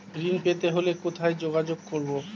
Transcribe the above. ঋণ পেতে হলে কোথায় যোগাযোগ করব?